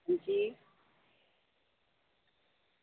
हां जी